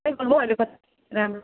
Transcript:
राम्रो